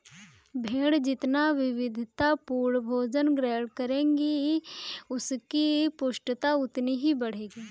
भेंड़ जितना विविधतापूर्ण भोजन ग्रहण करेगी, उसकी पुष्टता उतनी ही बढ़ेगी